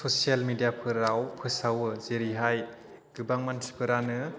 social मेदिया फोराव फोसावो जेरैहाय गोबां मानसिफोरानो